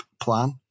plan